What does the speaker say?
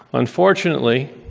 unfortunately,